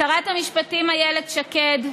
לשרת המשפטים איילת שקד,